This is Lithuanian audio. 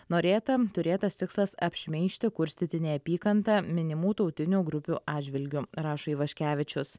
norėta turėtas tikslas apšmeižti kurstyti neapykantą minimų tautinių grupių atžvilgiu rašo ivaškevičius